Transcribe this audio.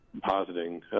positing